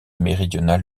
méridionale